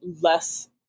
less